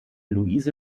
luise